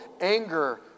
anger